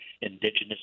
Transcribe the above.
indigenous